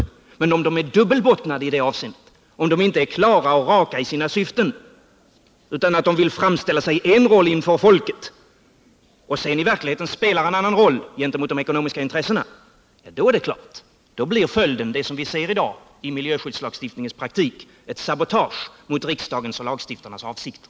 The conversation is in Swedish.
Om de emellertid är dubbelbottnade i detta avseende och inte är klara och raka i sina syften utan vill spela en roll inför folket och i verkligheten spelar en annan roll gentemot de ekonomiska intressena, är det klart att följden blir det vi ser i dag i miljöskyddslagstiftningens praxis, nämligen ett sabotage mot riksdagens och lagstiftarnas avsikter.